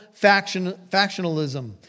factionalism